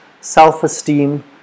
self-esteem